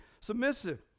submissive